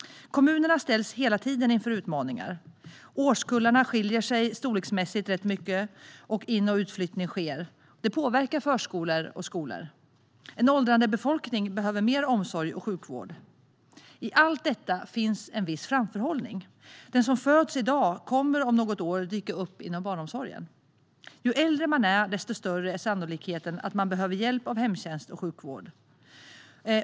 Kommunerna ställs hela tiden inför utmaningar. Årskullarna skiljer sig storleksmässigt rätt mycket åt, och in och utflyttning sker. Det påverkar förskolor och skolor. En åldrande befolkning behöver mer omsorg och sjukvård. I allt detta finns en viss framförhållning - den som föds i dag kommer om något år att dyka upp inom barnomsorgen. Ju äldre man är, desto större är sannolikheten att man behöver hjälp av hemtjänst och sjukvård.